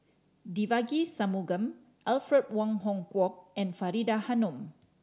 Devagi Sanmugam Alfred Wong Hong Kwok and Faridah Hanum